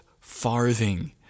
farthing